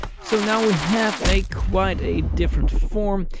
so now we have a quite a different form.